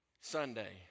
Sunday